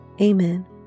Amen